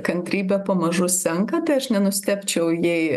kantrybė pamažu senka tai aš nenustebčiau jei